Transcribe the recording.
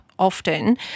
often